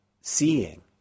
seeing